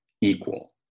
equal